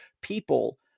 People